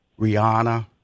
Rihanna